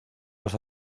los